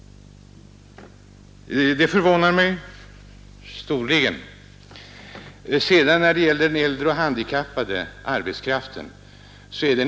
Det förvånar mig storligen! Den äldre och handikappade arbetskraften klassas ut.